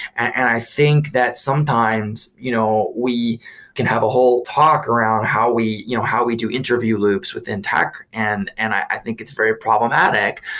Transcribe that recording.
and i think that sometimes you know we can have a whole talk around how we you know how we do interview loops within tech, and and i think it's very problematic,